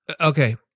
Okay